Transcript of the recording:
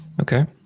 Okay